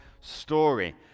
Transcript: story